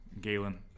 Galen